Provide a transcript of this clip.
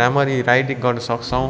राम्ररी राइड गर्न सक्छौँ